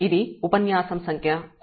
ఇది ఉపన్యాసం సంఖ్య 16